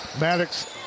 Maddox